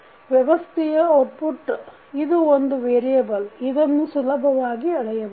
ವ್ಯವಸ್ಥೆಯ ಔಟ್ಪುಟ್ ಇದು ಒಂದು ವೇರಿಯಬಲ್ ಇದನ್ನು ಸುಲಭವಾಗಿ ಅಳೆಯಬಹುದು